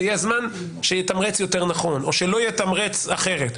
יהיה הזמן שיתמרץ יותר נכון או שלא יתמרץ אחרת.